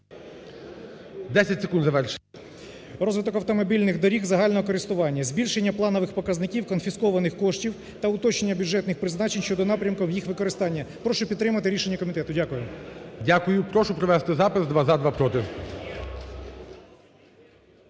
Дякую. Прошу провести запис: